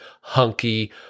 hunky